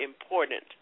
important